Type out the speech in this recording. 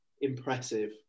impressive